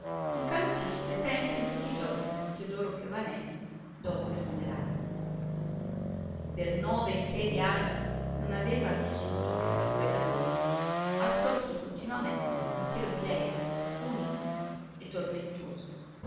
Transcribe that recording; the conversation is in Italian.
incanutì su le tempie in pochi giorni teodoro piovanelli dopo il funerale per nove interi anni non aveva vissuto che per quella donna assorto continuamente nel pensiero di lei unico e tormentoso